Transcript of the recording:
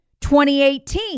2018